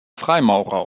freimaurer